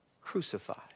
crucified